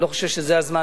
אני לא חושב שזה הזמן.